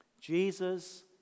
Jesus